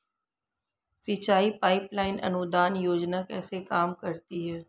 सिंचाई pipeline अनुदान योजना कैसे काम करती है?